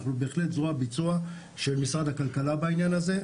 אנחנו בהחלט זרוע ביצוע של משרד הכלכלה בעניין הזה,